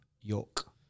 York